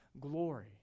glory